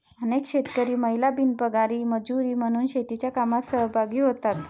अनेक शेतकरी महिला बिनपगारी मजुरी म्हणून शेतीच्या कामात सहभागी होतात